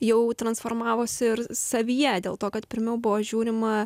jau transformavosi ir savyje dėl to kad pirmiau buvo žiūrima